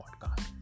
podcast